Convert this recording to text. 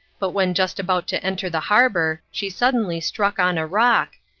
but when just about to enter the harbour she suddenly struck on a rock,